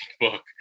book